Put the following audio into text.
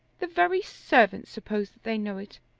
the very servants suppose that they know it,